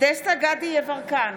דסטה גדי יברקן,